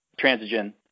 Transigen